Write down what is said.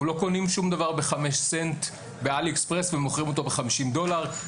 אנחנו לא קונים שום דבר בחמש סנט באלי-אקספרס ומוכרים אותו ב-50 דולר.